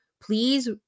Please